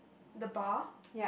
the bar